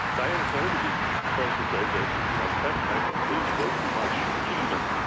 diana kennedy is prone to say that you know tex-mex includes way too much cumin.